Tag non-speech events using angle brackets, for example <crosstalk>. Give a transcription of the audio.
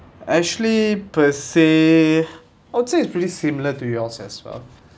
actually per se <breath> I would say it's pretty similar to yours as well